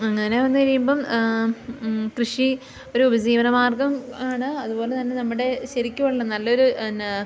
അങ്ങനെ വന്നു കഴിയുമ്പം കൃഷി ഒരു ഉപജീവന മാർഗ്ഗം ആണ് അതു പോലെ തന്നെ നമ്മുടെ ശരിക്കുമുള്ള നല്ലൊരു